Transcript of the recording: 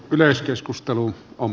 yleiskeskustelu on